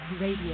Radio